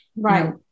Right